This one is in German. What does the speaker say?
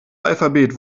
alphabet